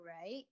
right